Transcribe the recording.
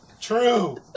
True